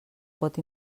pot